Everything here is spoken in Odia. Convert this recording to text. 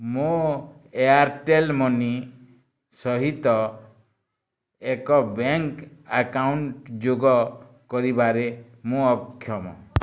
ମୋ ଏୟାର୍ଟେଲ୍ ମନି ସହିତ ଏକ ବ୍ୟାଙ୍କ୍ ଆକାଉଣ୍ଟ ଯୋଗ କରିବାରେ ମୁଁ ଅକ୍ଷମ